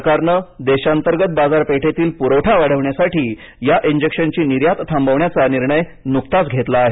सरकारने देशांतर्गत बाजारपेठेतील पुरवठा वाढविण्यासाठी या इंजेक्शनची निर्यात थांबवण्याचा निर्णय नुकताच घेतला आहे